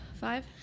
Five